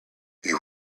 you